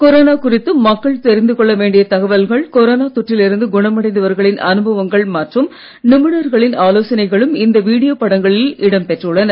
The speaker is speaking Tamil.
கொரோனா குறித்து மக்கள் தெரிந்து கொள்ள வேண்டிய தகவல்கள் கொரோனா தொற்றில் இருந்து குணமடைந்தவர்களின் அனுபவங்கள் மற்றும் நிபுணர்களின் ஆலோசனைகளும் இந்த வீடியோ படங்களில் இடம் பெற்றுள்ளன